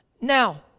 Now